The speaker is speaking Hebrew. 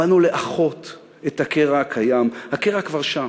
באנו לאחות את הקרע הקיים, הקרע כבר שם.